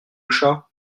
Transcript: chat